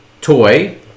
Toy